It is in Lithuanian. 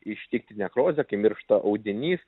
ištikti nekrozė kai miršta audinys